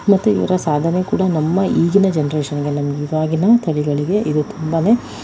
ಮತ್ತೆ ಇವರ ಸಾಧನೆ ಕೂಡ ನಮ್ಮ ಈಗಿನ ಜನ್ರೇಷನ್ಗೆ ನಮ್ಮ ಇವಾಗಿನ ತಳಿಗಳಿಗೆ ಇದು ತುಂಬನೇ